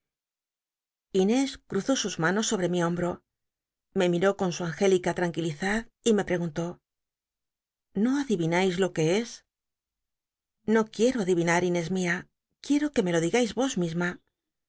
inés cruzó sus manos sobre mi hombro me miró con su angélica tranquilidad y me preguntó no adivinais lo que es no quiero adivina inés mia uie o que me lo digais vos misma